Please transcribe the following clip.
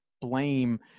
blame